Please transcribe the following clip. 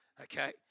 okay